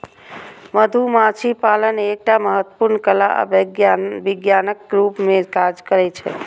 मधुमाछी पालन एकटा महत्वपूर्ण कला आ विज्ञानक रूप मे काज करै छै